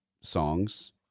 songs